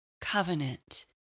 covenant